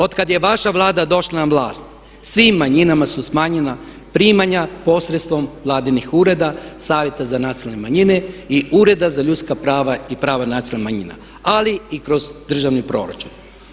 Otkad je vaša Vlada došla na vlast svim manjinama su smanjena primanja posredstvom vladinih ureda, savjeta za nacionalne manjine i ureda za ljudska prava i prava nacionalnih manjina ali i kroz državni proračun.